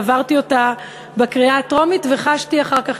עברתי אותה בקריאה הטרומית וחשתי אחר כך,